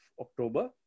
October